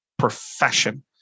Profession